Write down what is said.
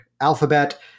Alphabet